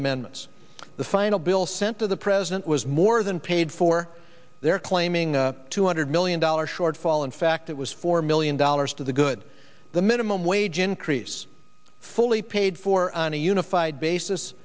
amendments the final bill sent to the president was more than paid for their claiming two hundred million dollars shortfall in fact it was four million dollars to the good the minimum wage increase fully paid for on a unified basis